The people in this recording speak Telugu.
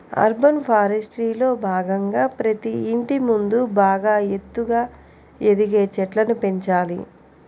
అర్బన్ ఫారెస్ట్రీలో భాగంగా ప్రతి ఇంటి ముందు బాగా ఎత్తుగా ఎదిగే చెట్లను పెంచాలి